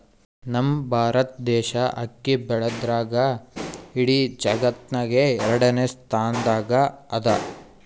ನಮ್ ಭಾರತ್ ದೇಶ್ ಅಕ್ಕಿ ಬೆಳ್ಯಾದ್ರ್ದಾಗ್ ಇಡೀ ಜಗತ್ತ್ನಾಗೆ ಎರಡನೇ ಸ್ತಾನ್ದಾಗ್ ಅದಾ